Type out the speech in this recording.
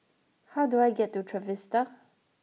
how do I get to Trevista